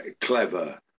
clever